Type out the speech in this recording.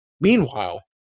Meanwhile